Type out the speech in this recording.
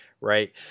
right